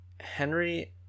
henry